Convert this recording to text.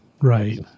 Right